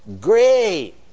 great